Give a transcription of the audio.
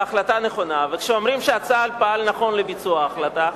ההחלטה נכונה וכשאומרים שצה"ל פעל נכון לביצוע ההחלטה,